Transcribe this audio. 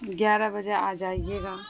گیارہ بجے آ جائیے گا